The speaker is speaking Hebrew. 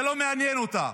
זה לא מעניין אותה,